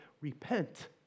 repent